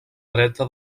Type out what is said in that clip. dreta